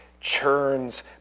churns